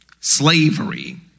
Slavery